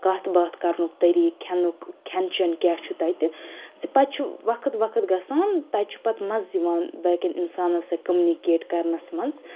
کَتھ باتھ کَرنُک طَریٖق کھؠنُک کھؠن چؠن کیٛاہ چھُ تَتہِ زِ پَتہٕ چھ وَقت وَقت گَژھان تَتہِ چھُ پَتہٕ مَزٕ یِوان باقِٮ۪ن اِنسانَس سٟتۍ کٔمنِکیٹ کَرنَس منٛز